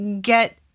get